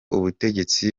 ubutegetsi